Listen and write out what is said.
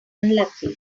unlucky